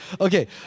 Okay